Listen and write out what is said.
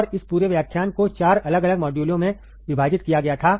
और इस पूरे व्याख्यान को 4 अलग अलग मॉड्यूलों में विभाजित किया गया था